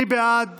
מי בעד